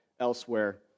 Elsewhere